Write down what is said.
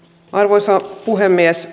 arvoisa puhemies